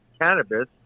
cannabis